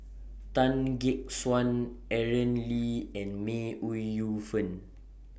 Tan Gek Suan Aaron Lee and May Ooi Yu Fen